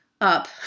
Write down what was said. up